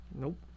nope